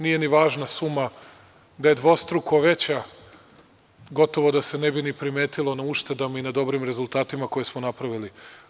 Nije ni važna suma da je dvostruko veća gotovo da se ne bi ni primetila na uštedama i na dobrim rezultatima koje smo napravili.